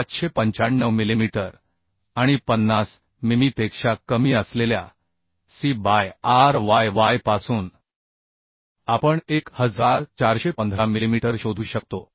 1595 millimetre आणि 50 मिमीपेक्षा कमी असलेल्या C बाय ryy पासून आपण 1415 मिलिमीटर शोधू शकतो